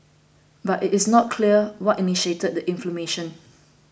but it is not clear what initiated the inflammation